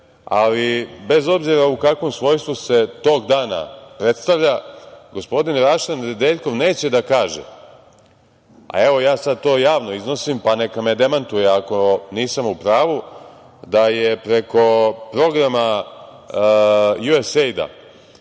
ali bez obzira u kakvom svojstvu se tog dana predstavlja, gospodin Raša Nedeljkov neće da kaže, a evo ja sada to javno iznosim pa neka me demantuje ako nisam u pravu, da je preko programa USAID